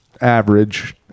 average